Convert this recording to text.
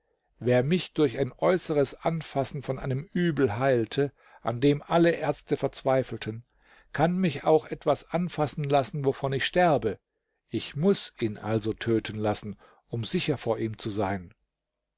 wer mich durch ein äußeres anfassen von einem übel heilte an dem alle ärzte verzweifelten kann mich auch etwas anfassen lassen wovon ich sterbe ich muß ihn also töten lassen um sicher vor ihm zu sein